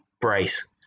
brace